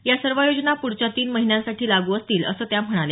या सर्व योजना पुढच्या तीन महिन्यांसाठी लागू असतील अस त्या म्हणाल्या